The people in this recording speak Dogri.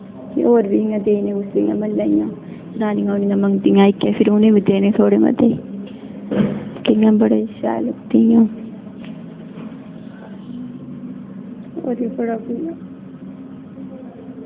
होर बी देने इ'यां कुसै गी देने म्हल्लै इ'यां जनानियां मंगदियां उ'नें गी बी देने थोह्ड़े मते इ'यां ते इ'यां बड़े शैल लगदे इ'यां होर बी बड़ा कुछ इ'यां